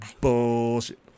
bullshit